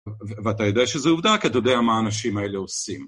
ואתה יודע שזה עובדה, כי אתה יודע מה האנשים האלה עושים.